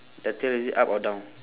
the tail is it up or down